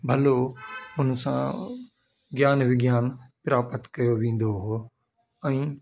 भलो हुन सां ज्ञान विज्ञान प्राप्त कयो वेंदो हो ऐं